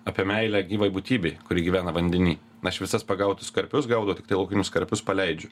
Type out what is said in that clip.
apie meilę gyvai būtybei kuri gyvena vandeny aš visas pagautus karpius gaudau tiktai laukinius karpius paleidžiu